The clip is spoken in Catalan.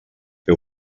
que